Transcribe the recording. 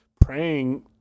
praying